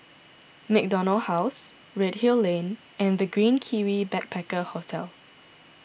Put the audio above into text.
MacDonald House Redhill Lane and the Green Kiwi Backpacker Hostel